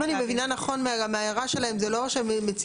אם אני מבינה נכון מההערה שלהם הם אומרים